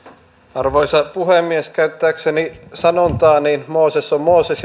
arvoisa puhemies käyttääkseni sanontaa niin mooses on mooses